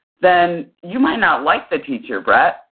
then you might not like the teacher, brett.